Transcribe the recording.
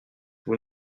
vous